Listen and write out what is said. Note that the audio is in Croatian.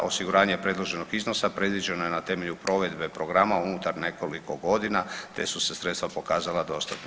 Osiguranje predloženog iznosa predviđeno je na temelju provedbe programa unutar nekoliko godina te su se sredstva pokazala dostatnima.